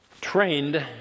trained